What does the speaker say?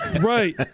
Right